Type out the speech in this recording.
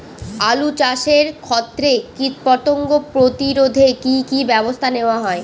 আলু চাষের ক্ষত্রে কীটপতঙ্গ প্রতিরোধে কি কী ব্যবস্থা নেওয়া হয়?